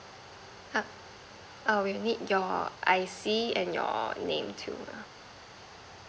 I I will need your I_C and your name too lah